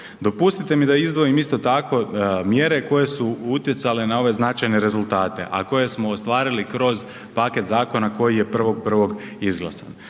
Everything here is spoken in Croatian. Dopustite mi da izdvojim isto tako mjere koje su utjecale na ove značajne rezultate, a koje smo ostvarili kroz paket zakona koji je 1.1. izglasan.